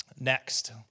Next